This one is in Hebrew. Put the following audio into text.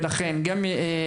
ועל מנת